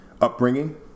upbringing